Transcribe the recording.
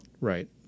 Right